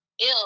ill